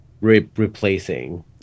replacing